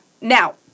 now